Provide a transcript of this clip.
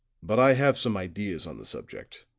but i have some ideas on the subject.